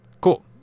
Cool